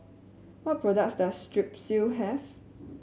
what products does Strepsil have